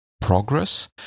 progress